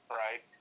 right